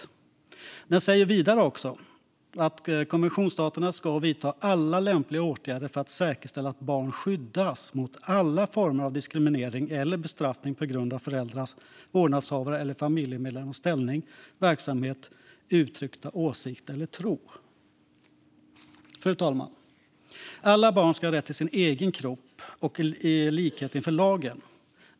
Vidare anges: "Konventionsstaterna ska vidta alla lämpliga åtgärder för att säkerställa att barnet skyddas mot alla former av diskriminering eller bestraffning på grund av föräldrars, vårdnadshavares eller familjemedlemmars ställning, verksamhet, uttryckta åsikter eller tro." Fru talman! Alla barn ska ha rätt till sin egen kropp och till likhet inför lagen.